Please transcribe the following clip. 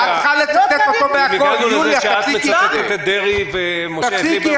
את מצטטת את דרעי ומשה את ליברמן ובא לציון גואל.